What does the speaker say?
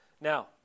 Now